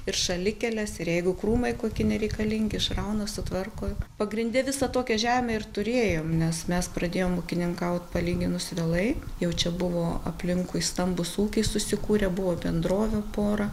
ir šalikeles ir jeigu krūmai koki nereikalingi išrauna sutvarko pagrinde visą tokią žemę ir turėjom nes mes pradėjom ūkininkaut palyginus vėlai jau čia buvo aplinkui stambūs ūkiai susikūrę buvo bendrovių pora